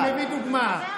אני מביא דוגמה.